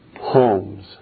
homes